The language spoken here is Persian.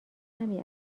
کمی